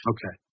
Okay